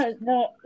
no